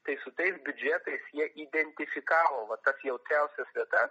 kai su tais biudžetais jie identifikavo va tas jautriausias vietas